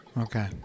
Okay